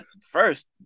first